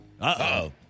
Uh-oh